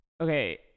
Okay